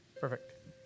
perfect